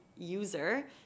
user